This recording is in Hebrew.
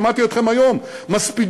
שמעתי אתכם היום מספידים,